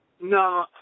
No